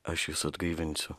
aš jus atgaivinsiu